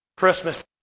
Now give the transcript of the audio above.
Christmas